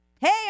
Hey